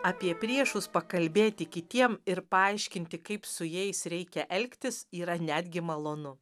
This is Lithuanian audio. apie priešus pakalbėti kitiem ir paaiškinti kaip su jais reikia elgtis yra netgi malonu